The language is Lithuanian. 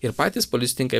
ir patys policininkai